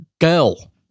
girl